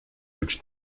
which